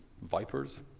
vipers